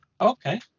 Okay